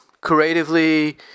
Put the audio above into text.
creatively